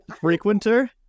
Frequenter